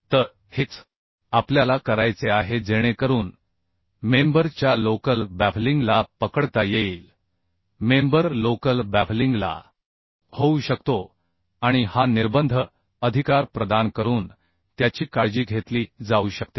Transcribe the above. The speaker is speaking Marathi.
तर हेच आपल्याला करायचे आहे जेणेकरून मेंबर च्या लोकल बॅफलिंग ला पकडता येईल मेंबर लोकल बॅफलिंग ला होऊ शकतो आणि हा निर्बंध अधिकार प्रदान करून त्याची काळजी घेतली जाऊ शकते